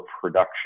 production